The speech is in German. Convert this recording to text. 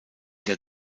der